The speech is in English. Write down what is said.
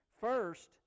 First